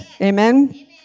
Amen